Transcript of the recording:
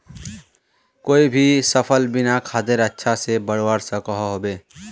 कोई भी सफल बिना खादेर अच्छा से बढ़वार सकोहो होबे?